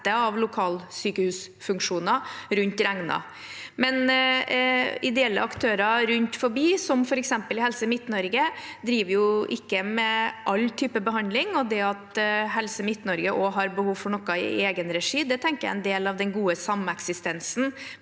av lokalsykehusfunksjoner, rundt regnet. Ideelle aktører rundt omkring, f.eks. i Helse MidtNorge, driver jo ikke med alle typer behandling, og det at Helse Midt-Norge også har behov for noe i egen regi, tenker jeg er en del av den gode sameksistensen